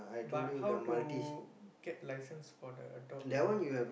but how to get license for the dog one